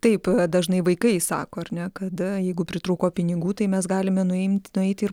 taip dažnai vaikai sako ar ne kad jeigu pritrūko pinigų tai mes galime nuimt nueiti ir